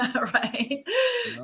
right